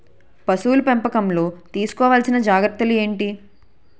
పశువుల పెంపకంలో తీసుకోవల్సిన జాగ్రత్తలు ఏంటి?